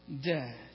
dead